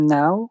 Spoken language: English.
now